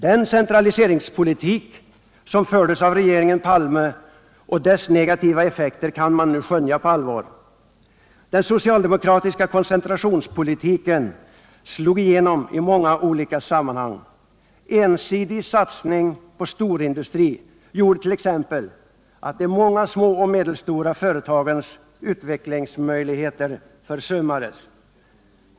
Den centraliseringspolitik som fördes av regeringen Palme och dess negativa effekter kan man på allvar skönja. Den socialdemokratiska koncentrationspolitiken slog igenom i många olika sammanhang. Ensidig satsning på storindustri gjorde t.ex. att de många små och medelstora företagens utvecklingsmöjligheter försummades.